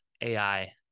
AI